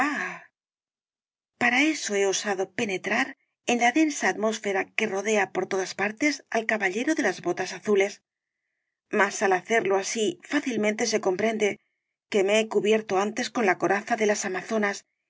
para eso he osado penetrar en la densa atmósfera que rodea por todas partes al caballero de las botas azules mas al hacerlo así fácilmente se comprende que me he cubierto antes con la coraza de las amazonas